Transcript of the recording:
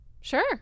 Sure